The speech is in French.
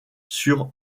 sur